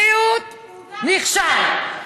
בריאות, נכשל.